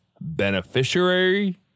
Beneficiary